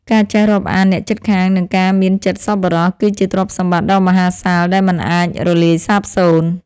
ការចេះរាប់អានអ្នកជិតខាង និងការមានចិត្តសប្បុរស គឺជាទ្រព្យសម្បត្តិដ៏មហាសាលដែលមិនអាចរលាយសាបសូន្យ។